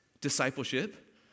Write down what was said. discipleship